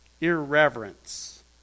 irreverence